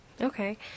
Okay